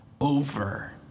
over